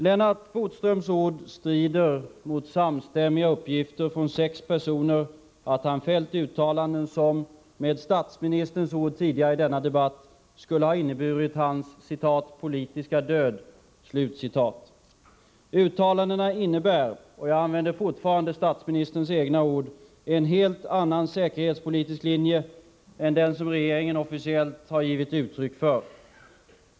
Lennart Bodströms ord strider mot samstämmiga uppgifter från sex personer att han fällt uttalandet som med statsministerns ord tidigare i denna debatt skulle ha inneburit hans ”politiska död”. Uttalandena innebär — jag använder fortfarande statsministerns egna ord — ”en helt annan säkerhetspolitisk linje än den som regeringen officiellt har gett uttryck för”.